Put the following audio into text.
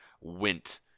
went